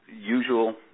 usual